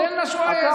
סטנה שוואיה,